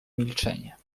milczenie